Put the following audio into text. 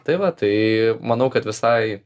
tai va tai manau kad visai